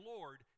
Lord